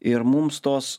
ir mums tos